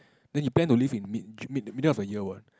then you plan to leave in mid j~ middle of the year what